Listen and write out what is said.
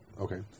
Okay